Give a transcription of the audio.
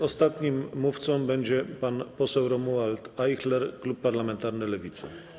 Ostatnim mówcą będzie pan poseł Romuald Ajchler, klub parlamentarny Lewica.